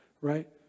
right